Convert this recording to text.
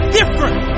different